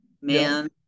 man